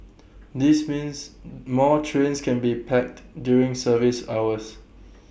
this means more trains can be packed during service hours